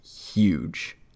huge